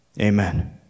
amen